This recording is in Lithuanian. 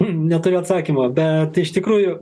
neturiu atsakymo bet iš tikrųjų